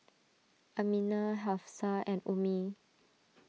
Aminah Hafsa and Ummi